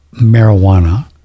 marijuana